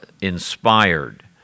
inspired